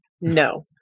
No